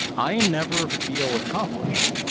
i never feel accomplished.